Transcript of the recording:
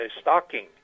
stocking